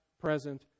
present